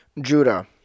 Judah